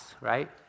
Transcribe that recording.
right